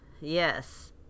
Yes